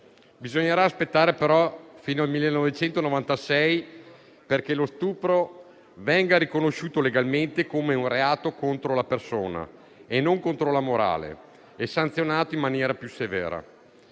Bisognerà aspettare però fino al 1996 perché lo stupro venga riconosciuto legalmente come un reato contro la persona e non contro la morale e sanzionato in maniera più severa.